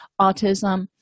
autism